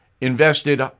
invested